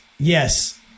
Yes